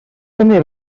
també